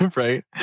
right